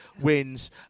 wins